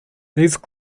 these